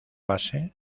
base